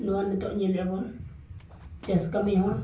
ᱱᱚᱣᱟ ᱱᱤᱛᱳᱜ ᱧᱮᱞᱮᱜᱼᱟ ᱵᱚᱱ ᱪᱟᱥ ᱠᱟᱹᱢᱤ ᱦᱚᱸ